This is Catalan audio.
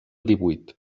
divuit